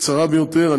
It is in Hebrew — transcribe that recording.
קצרה ביותר,